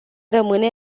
rămâne